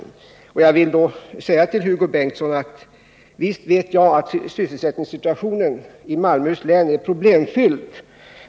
Jag vill säga till Hugo Bengtsson att jag visst vet att sysselsättningssituationen i Malmöhus län är problemfylld.